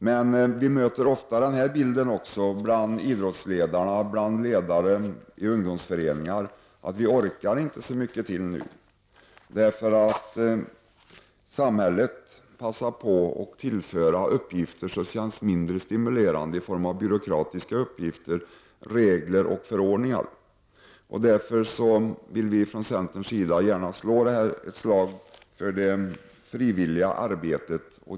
Men vi möter ofta bilden bland idrottsledare och ledare i ungdomsföreningar att de orkar inte så mycket mer. Samhället passar på att tillföra uppgifter, som känns mindre stimulerande, i form av byråkratiska uppgifter, regler och förordningar. Vi från centerns sida vill därför gärna slå ett slag för det frivilliga arbetet.